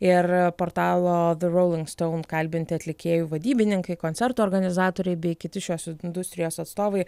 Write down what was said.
ir portalo the rolling stone kalbinti atlikėjų vadybininkai koncerto organizatoriai bei kiti šios industrijos atstovai